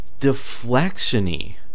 deflection-y